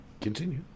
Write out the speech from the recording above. continue